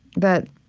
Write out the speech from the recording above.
that